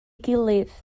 gilydd